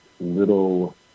little